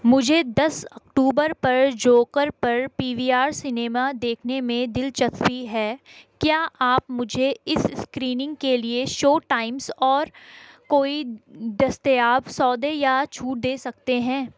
مجھے دس اکٹوبر پر جوکر پر پی وی آر سنیماز دیکھنے میں دلچسپی ہے کیا آپ مجھے اس اسکریننگ کے لیے شو ٹائمز اور کوئی دستیاب سودے یا چھوٹ دے سکتے ہیں